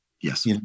Yes